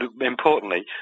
importantly